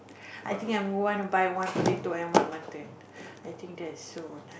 I think I'm want to buy one potato and one mutton I think that's so nice